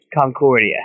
Concordia